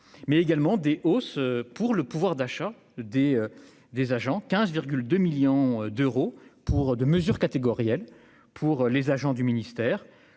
mais également des hausses pour le pouvoir d'achat des des agents 15 2 millions d'euros pour des mesures catégorielles pour les agents du ministère,